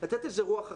לתת איזה רוח אחרת.